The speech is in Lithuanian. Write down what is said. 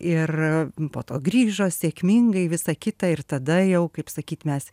ir po to grįžo sėkmingai visa kita ir tada jau kaip sakyt mes